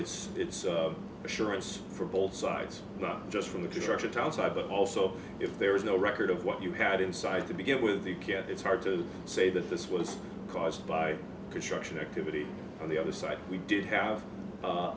mind it's assurances from both sides not just from the destruction townsite but also if there is no record of what you had inside to begin with you can it's hard to say that this was caused by construction activity on the other side we did have